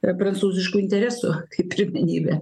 ir prancūziškų interesų kai pirmenybė